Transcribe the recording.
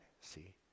see